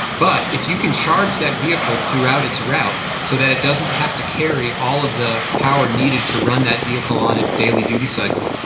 but if you can charge that vehicle throughout its route so that it doesn't have to carry all of the power needed to run that vehicle on its daily duty cycle,